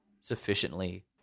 sufficiently